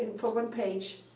and for one page.